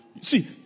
See